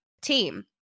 team